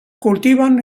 cultivan